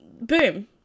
boom